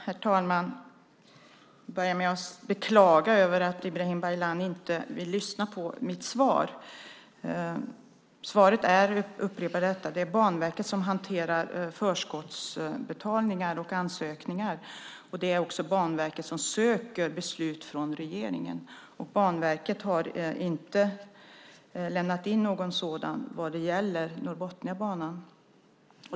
Herr talman! Jag vill börja med att beklaga att Ibrahim Baylan inte vill lyssna på mitt svar. Svaret är - jag upprepar det - att det är Banverket som hanterar förskottsbetalningar och ansökningar. Det är också Banverket som söker beslut från regeringen. Banverket har inte lämnat in någon ansökan vad gäller Norrbotniabanan.